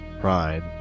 pride